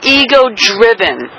ego-driven